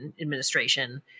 administration